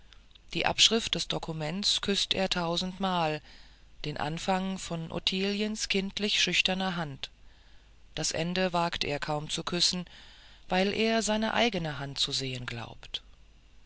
die abschrift des dokuments küßt er tausendmal den anfang von ottiliens kindlich schüchterner hand das ende wagt er kaum zu küssen weil er seine eigene hand zu sehen glaubt